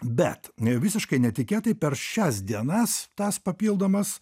bet visiškai netikėtai per šias dienas tas papildomas